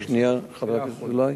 רק שנייה, חבר הכנסת אזולאי.